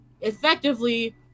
Effectively